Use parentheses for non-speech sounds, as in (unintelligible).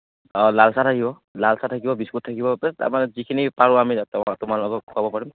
লালচাহ থাকিব লালচাহ থাকিব বিস্কুট থাকিব (unintelligible) আমাৰ যিখিনি পাৰোঁ আমি (unintelligible) তোমালোকক খোৱাব পাৰিম